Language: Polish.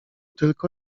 tylko